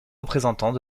représentants